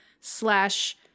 slash